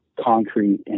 concrete